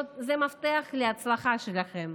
זה המפתח להצלחה שלכם.